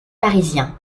parisiens